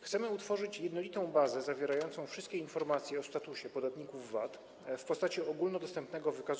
Chcemy utworzyć jednolitą bazę zawierającą wszystkie informacje o statusie podatników VAT w postaci ich ogólnodostępnego wykazu.